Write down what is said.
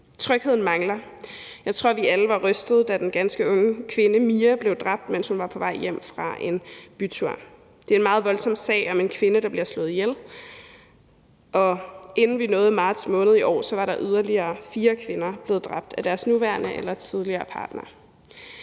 Trygheden mangler. Jeg tror, vi alle var rystede, da den ganske unge kvinde Mia blev dræbt, mens hun var på vej hjem fra en bytur. Det er en meget voldsom sag om en kvinde, der bliver slået ihjel, og inden vi nåede marts måned i år, var yderligere fire kvinder blevet dræbt af deres nuværende eller tidligere partner.